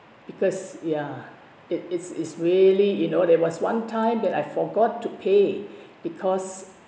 because ya it it's it's really you know there was one time that I forgot to pay because